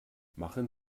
machen